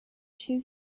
two